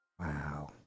Wow